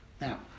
Now